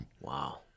Wow